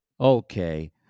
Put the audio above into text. Okay